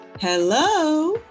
Hello